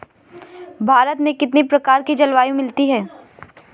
भारत में कितनी प्रकार की जलवायु मिलती है?